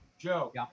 Joe